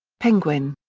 penguin.